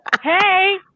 Hey